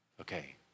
Okay